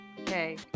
Okay